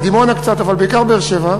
וקצת מדימונה אבל בעיקר מבאר-שבע,